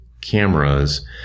cameras